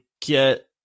get